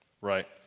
Right